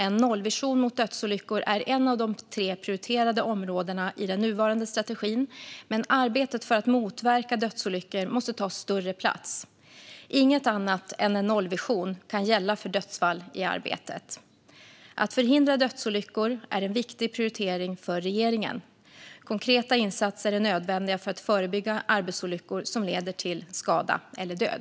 En nollvision mot dödsolyckor är ett av de tre prioriterade områdena i den nuvarande strategin, men arbetet för att motverka dödsolyckor måste ta större plats. Inget annat än en nollvision kan gälla för dödsfall i arbetet. Att förhindra dödsolyckor är en viktig prioritering för regeringen. Konkreta insatser är nödvändiga för att förebygga arbetsolyckor som leder till skada eller död.